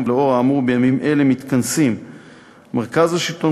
ולאור האמור בימים אלה מתכנסים מרכז השלטון